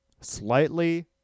Slightly